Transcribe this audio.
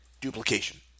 duplication